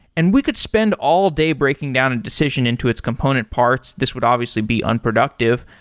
and we could spend all day breaking down a decision into its component parts. this would obviously be unproductive.